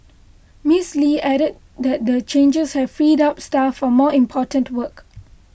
Miss Lee added that the changes have freed up staff for more important work